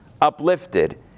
uplifted